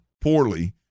poorly